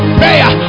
prayer